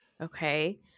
okay